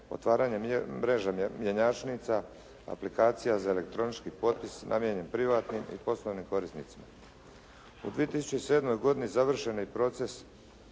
otvaranje mreže mjenjačnica, aplikacija za elektronički potpis namijenjen privatnim i poslovnim korisnicima. U 2007. godini završen je i proces